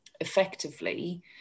effectively